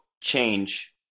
change